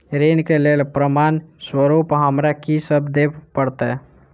ऋण केँ लेल प्रमाण स्वरूप हमरा की सब देब पड़तय?